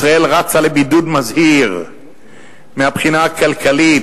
ישראל רצה לבידוד מזהיר מהבחינה הכלכלית,